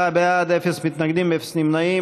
24 בעד, אפס מתנגדים, אפס נמנעים.